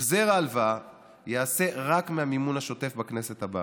החזר ההלוואה ייעשה רק מהמימון השוטף בכנסת הבאה,